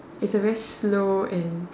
is a very slow and